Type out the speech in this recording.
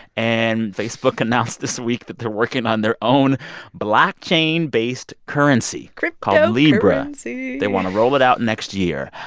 and facebook announced this week that they're working on their own blockchain-based currency group called libra cryptocurrency they want to roll it out next year.